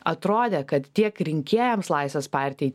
atrodė kad tiek rinkėjams laisvės partijai